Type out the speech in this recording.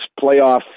playoff